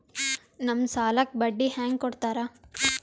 ನಮ್ ಸಾಲಕ್ ಬಡ್ಡಿ ಹ್ಯಾಂಗ ಕೊಡ್ತಾರ?